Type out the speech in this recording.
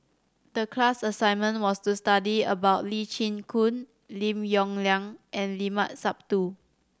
the class assignment was to study about Lee Chin Koon Lim Yong Liang and Limat Sabtu